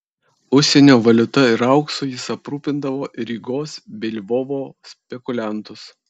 užsienio valiuta ir auksu jis aprūpindavo ir rygos bei lvovo spekuliantus